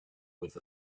with